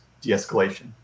de-escalation